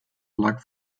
lag